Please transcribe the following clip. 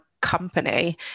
company